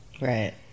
Right